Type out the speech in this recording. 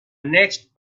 next